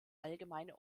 allgemeine